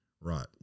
Right